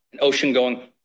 ocean-going